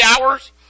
hours